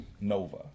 Nova